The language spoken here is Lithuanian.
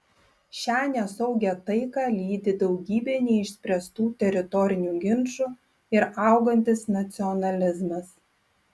šią nesaugią taiką lydi daugybė neišspręstų teritorinių ginčų ir augantis nacionalizmas